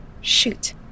shoot